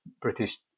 British